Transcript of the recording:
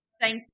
Thank